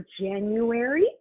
January